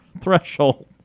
threshold